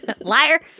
Liar